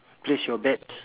place your bets